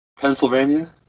Pennsylvania